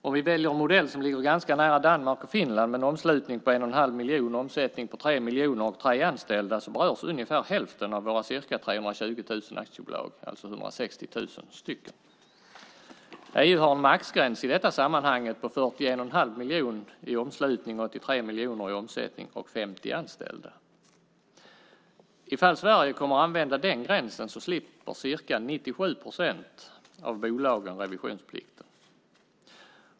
Om vi väljer en modell som ligger ganska nära Danmarks och Finlands, med en omslutning på 1 1⁄2 miljon kronor, en omsättning på 3 miljoner kronor och tre anställda berörs ungefär hälften av våra ca 320 000 aktiebolag, alltså 160 000. EU har i detta sammanhang en maxgräns på 41 1⁄2 miljoner kronor i omslutning, 83 miljoner kronor i omsättning och 50 anställda. Ifall Sverige kommer att använda den gränsen slipper ca 97 procent av bolagen revisionsplikten.